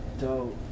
Dope